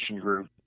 group